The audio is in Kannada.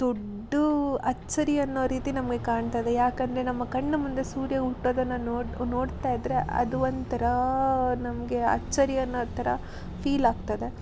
ದೊಡ್ಡ ಅಚ್ಚರಿ ಅನ್ನೊ ರೀತಿ ನಮಗ್ ಕಾಣ್ತದೆ ಯಾಕೆಂದ್ರೆ ನಮ್ಮ ಕಣ್ಣು ಮುಂದೆ ಸೂರ್ಯ ಹುಟ್ಟೋದನ್ನ ನೋಡಿ ನೋಡ್ತಾ ಇದ್ದರೆ ಅದು ಒಂದು ಥರ ನಮಗೆ ಅಚ್ಚರಿ ಅನ್ನೋ ಥರ ಫೀಲ್ ಆಗ್ತದೆ